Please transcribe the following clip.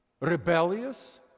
rebellious